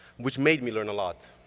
which made me learn a lot.